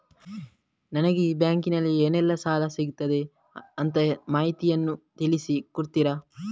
ನನಗೆ ಈ ಬ್ಯಾಂಕಿನಲ್ಲಿ ಏನೆಲ್ಲಾ ಸಾಲ ಸಿಗುತ್ತದೆ ಅಂತ ಮಾಹಿತಿಯನ್ನು ತಿಳಿಸಿ ಕೊಡುತ್ತೀರಾ?